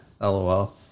LOL